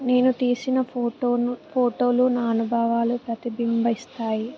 నేను తీసిన ఫోటోను ఫోటోలు నా అనుభవాలు ప్రతిబింబిస్తాయి